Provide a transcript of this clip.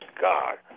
God